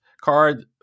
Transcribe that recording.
card